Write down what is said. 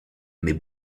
mais